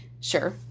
Sure